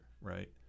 right